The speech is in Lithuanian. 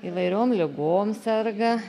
įvairiom ligom serga